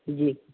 جی